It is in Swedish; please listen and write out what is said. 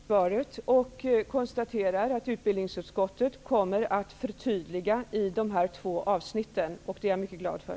Fru talman! Jag tackar för svaret och konstaterar att utbildningsutskottet kommer med förtydliganden i de här två avsnitten. Det är jag mycket glad för.